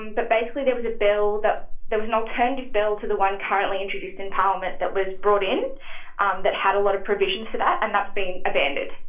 and but basically, there was a bill that there was an alternative kind of bill to the one currently introduced in parliament that was brought in um that had a lot of provisions for that. and that's been abandoned.